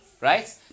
Right